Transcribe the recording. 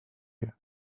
you